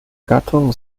gattung